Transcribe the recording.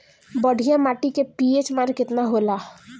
बढ़िया माटी के पी.एच मान केतना होला?